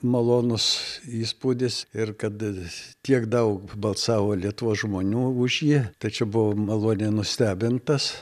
malonus įspūdis ir kad tiek daug balsavo lietuvos žmonių už jį tai čia buvau maloniai nustebintas